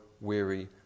weary